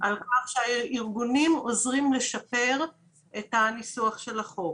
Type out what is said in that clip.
על כך שהארגונים עוזרים לשפר את הניסוח של החוק.